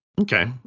Okay